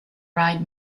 ride